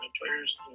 players